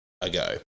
ago